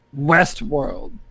Westworld